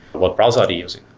what browser are they using?